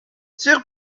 sur